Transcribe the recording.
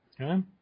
Okay